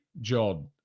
John